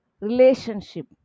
relationship